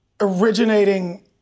originating